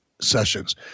sessions